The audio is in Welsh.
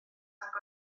nag